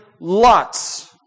lots